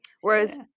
Whereas